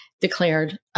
declared